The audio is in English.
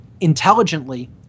intelligently